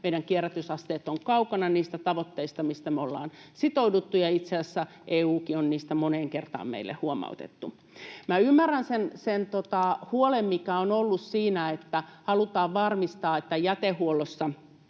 meidän kierrätysasteet ovat kaukana niistä tavoitteista, mihin me ollaan sitouduttu, ja itse asiassa EU:stakin on niistä moneen kertaan meille huomautettu. Ymmärrän sen huolen, mikä on ollut siinä, että halutaan varmistaa, että jätehuollossa